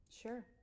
Sure